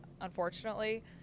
unfortunately